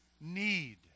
need